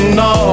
no